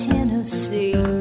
Tennessee